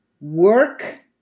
work